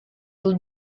would